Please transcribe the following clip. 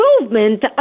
movement